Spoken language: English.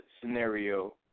scenario